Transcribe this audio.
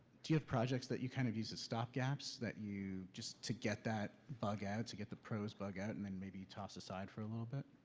do you have projects that you kind of use as stop gaps, that you. just to get that bug out? to get the prose bug out, and then maybe you toss aside for a little bit?